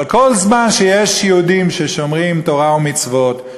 אבל כל זמן שיש יהודים ששומרים תורה ומצוות,